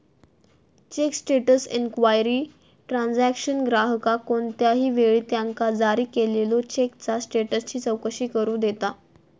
check status inquiry transaction ग्राहकाक कोणत्याही वेळी त्यांका जारी केलेल्यो चेकचा स्टेटसची चौकशी करू देता